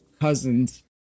cousins